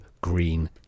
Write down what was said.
Green